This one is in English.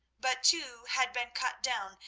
but two had been cut down,